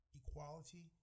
equality